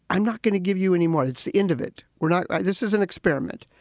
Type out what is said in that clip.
i'm not going to give you anymore. it's the end of it. we're not. this is an experiment.